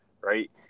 right